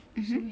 mmhmm